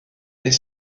est